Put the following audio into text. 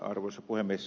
arvoisa puhemies